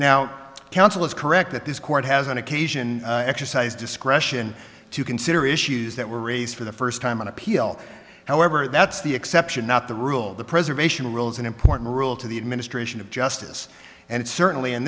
now counsel is correct that this court has on occasion exercise discretion to consider issues that were raised for the first time on appeal however that's the exception not the rule the preservation rules an important rule to the administration of justice and certainly in